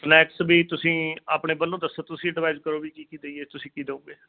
snacks ਵੀ ਤੁਸੀਂ ਆਪਣੇ ਵੱਲੋਂ ਦੱਸੋ ਤੁਸੀਂ ਐਡਵਾਈਜ ਕਰੋ ਵੀ ਕੀ ਕੀ ਦਈਏ ਤੁਸੀਂ ਕੀ ਦੋਗੇ